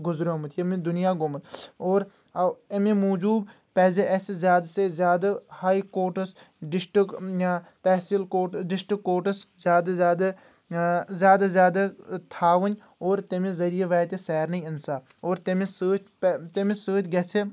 گُزریومُت ییٚمہِ دُنیا گوٚمُت اور أمہِ موٗجوٗب پزِ اسہِ زیادٕ سے زیادٕ ہاے کورٹس ڈسٹرکٹ یا تحصیٖل کورٹ ڈسٹرکٹ کورٹس زیادٕ زیادٕ زیادٕ زیادٕ تھاوٕنۍ اور تمہِ ذٔریعہٕ واتہِ سارنٕے انصاف اور تمہِ سۭتۍ پرِ تٔمہِ سۭتۍ گژھِ